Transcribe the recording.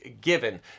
given